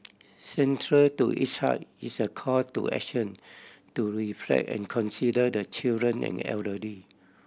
central to its heart is a call to action to reflect and consider the children and elderly